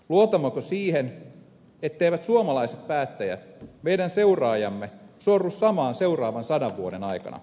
luotammeko siihen etteivät suomalaiset päättäjät meidän seuraajamme sorru samaan seuraavan sadan vuoden aikana